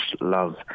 love